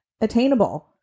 attainable